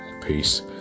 peace